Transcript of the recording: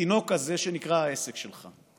לתינוק הזה שנקרא העסק שלך.